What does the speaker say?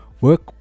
work